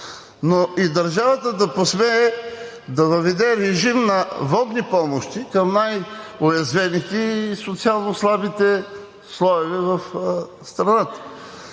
но и държавата да посмее да въведе режим на водни помощи към най-уязвените и социално слабите слоеве в страната.